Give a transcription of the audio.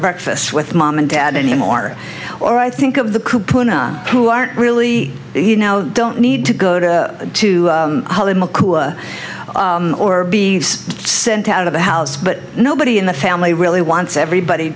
breakfasts with mom and dad anymore or i think of the coupon up who aren't really he now don't need to go to to be sent out of the house but nobody in the family really wants everybody